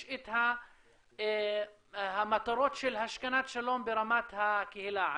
את המטרות של השכנת שלום ברמת הקהילה עצמה.